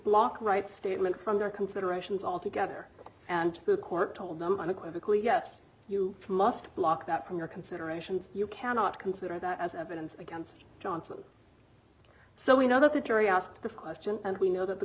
block rights statement from their considerations altogether and the court told them equivocal yes you must block that from your considerations you cannot consider that as evidence against johnson so we know look at jury asked this question and we know that the